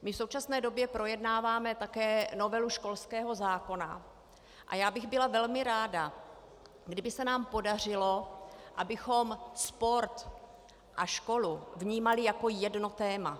My v současné době projednáváme také novelu školského zákona a já bych byla velmi ráda, kdyby se nám podařilo, abychom sport a školu vnímali jako jedno téma.